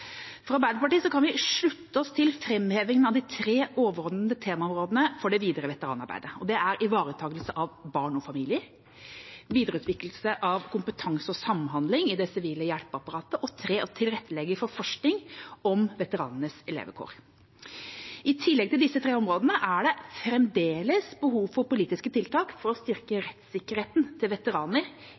for det videre veteranarbeidet. Det er ivaretakelse av barn og familier videreutvikling av kompetanse og samhandling i det sivile hjelpeapparatet tilrettelegging for forskning om veteranenes levekår I tillegg til disse tre områdene er det fremdeles behov for politiske tiltak for å styrke rettssikkerheten til veteraner